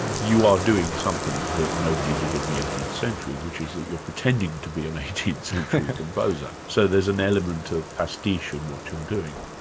you are doing something that nobody did in the eighteenth century which is that you're pretending to be an eighteenth century composer. so there's an element of pastiche in what you're doing.